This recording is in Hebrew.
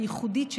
הייחודית,